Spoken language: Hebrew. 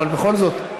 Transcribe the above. אבל בכל זאת,